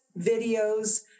videos